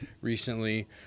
recently